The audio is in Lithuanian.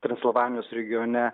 transilvanijos regione